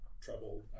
trouble